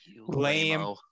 Lame